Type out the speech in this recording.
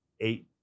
eight